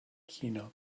china